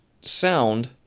sound